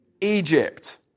Egypt